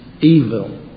evil